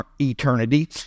eternity